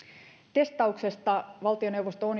testauksesta valtioneuvosto on